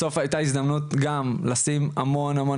בסוף היתה הזדמנות גם לשים המון המון